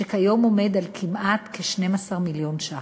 שכיום עומד על כמעט כ-12 מיליון שקל.